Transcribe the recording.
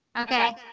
okay